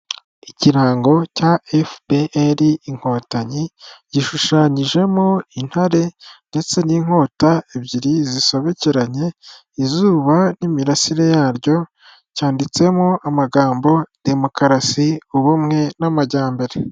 Ikirango cya FPR inkotanyi. Gishushanyijemo intare ndetse n'inkota ebyiri zisobekeranye, izuba n'imirasire yaryo; cyanditsemo amagambo demokarasi, ubumwe n'amajyambere.